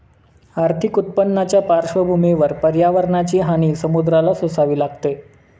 आर्थिक उत्पन्नाच्या पार्श्वभूमीवर पर्यावरणाची हानी समुद्राला सोसावी लागते